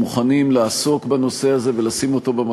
זה תרגיל שמתאים לילד בכיתה א' ולא לשר ביטחון,